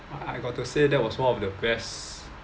I I got to say that was one of the best